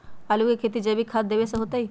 आलु के खेती जैविक खाध देवे से होतई?